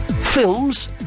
films